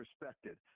respected